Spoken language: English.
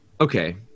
okay